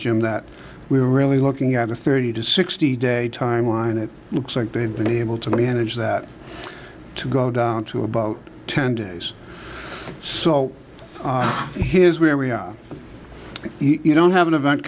jim that we were really looking at a thirty to sixty day timeline it looks like they've been able to manage that to go down to about ten days so here's where we are each don't have an event